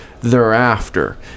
Thereafter